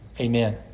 Amen